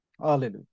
Hallelujah